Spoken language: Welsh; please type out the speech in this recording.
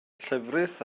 llefrith